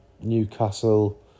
Newcastle